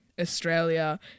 Australia